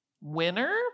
winner